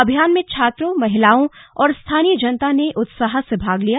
अभियान में छात्रों महिलाओं और स्थानीय जनता ने उत्साह से भाग लिया